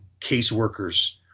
caseworkers